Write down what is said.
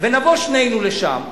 ונבוא שנינו לשם,